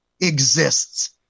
exists